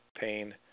pain